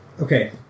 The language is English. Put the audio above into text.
Okay